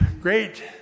great